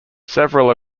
several